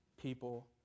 people